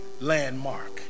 landmark